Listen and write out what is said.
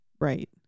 Right